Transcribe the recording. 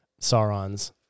Sauron's